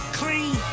clean